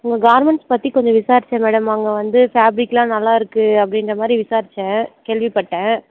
உங்கள் கார்மெண்ட்ஸ் பற்றி கொஞ்சம் விசாரித்தேன் மேடம் அங்கே வந்து ஃபேப்ரிக்கெல்லாம் நல்லாயிருக்கு அப்படின்ற மாதிரி விசாரித்தேன் கேள்விப்பட்டேன்